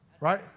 Right